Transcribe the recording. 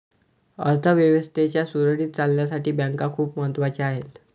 अर्थ व्यवस्थेच्या सुरळीत चालण्यासाठी बँका खूप महत्वाच्या आहेत